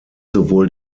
sowohl